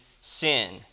sin